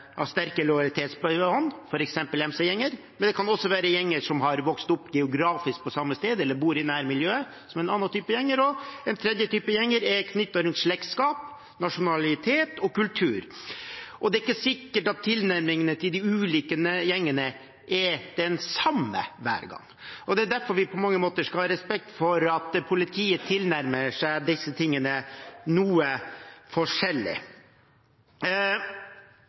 av sterke lojalitetsbånd, f.eks. MC-gjenger. Men det kan også være gjenger som har vokst opp geografisk på samme sted eller bor i nærmiljøet – det er en annen type gjenger. Og en tredje type gjenger er knyttet til slektskap, nasjonalitet og kultur. Det er ikke sikkert at tilnærmingen til de ulike gjengene er den samme hver gang. Det er derfor vi skal ha respekt for at politiet